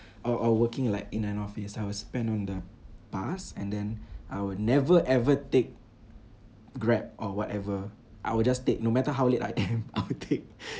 or or working like in an office I'll spend on the pass and then I will never ever take Grab or whatever I will just take no matter how late I am I'll take